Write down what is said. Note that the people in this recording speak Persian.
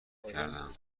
کردهام